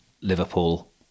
Liverpool